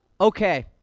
Okay